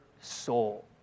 soul